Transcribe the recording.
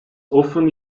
often